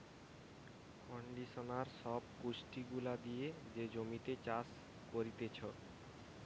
conditioner সব পুষ্টি গুলা দিয়ে যে জমিতে চাষ করতিছে